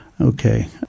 Okay